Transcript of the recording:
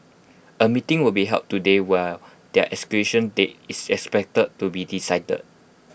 A meeting will be held today where their execution date is expected to be decided